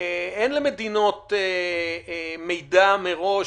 אין למדינות מידע מראש,